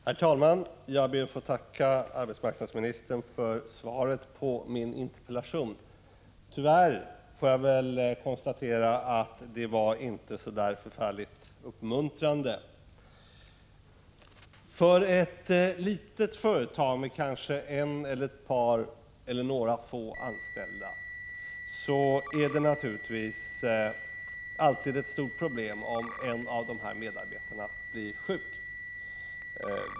Herr talman! Jag ber att få tacka arbetsmarknadsministern för svaret på min interpellation. Tyvärr måste jag konstatera att svaret inte är så uppmuntrande. För ett litet företag, med en eller ett par anställda, är det naturligtvis alltid ett avsevärt problem om en av medarbetarna blir sjuk.